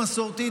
מסורתי,